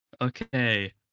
Okay